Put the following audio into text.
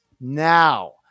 Now